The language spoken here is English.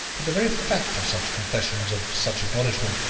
but the very fact of such confessions, of such acknowledgment,